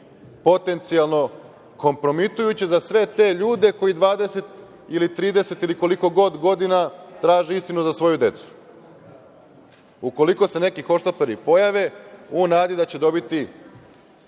potencijalno kompromitujuće za sve te ljude koji 20 ili 30 ili koliko god godina traže istinu za svoju decu? Ukoliko se neki hohštapleri pojave u nadi da će dobiti